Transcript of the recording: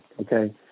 okay